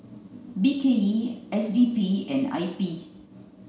B K E S D P and I P